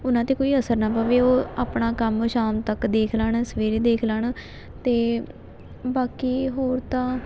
ਉਹਨਾਂ 'ਤੇ ਕੋਈ ਅਸਰ ਨਾ ਪਵੇ ਉਹ ਆਪਣਾ ਕੰਮ ਸ਼ਾਮ ਤੱਕ ਦੇਖ ਲੈਣ ਸਵੇਰੇ ਦੇਖ ਲੈਣ ਅਤੇ ਬਾਕੀ ਹੋਰ ਤਾਂ